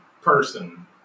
person